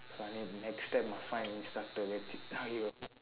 so I need next time must find instructor that's it !aiyo!